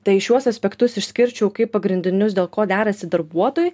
tai šiuos aspektus išskirčiau kaip pagrindinius dėl ko derasi darbuotojai